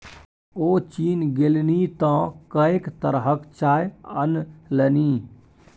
ओ चीन गेलनि तँ कैंक तरहक चाय अनलनि